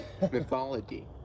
mythology